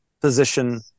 position